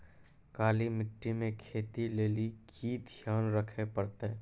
काली मिट्टी मे खेती लेली की ध्यान रखे परतै?